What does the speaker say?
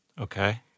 Okay